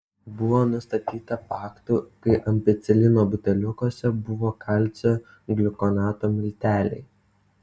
buvo nustatyta faktų kai ampicilino buteliukuose buvo kalcio gliukonato milteliai